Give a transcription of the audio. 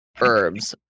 herbs